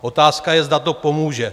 Otázka je, zda to pomůže.